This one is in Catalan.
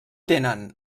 tenen